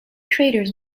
traders